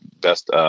best